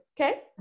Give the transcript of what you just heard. okay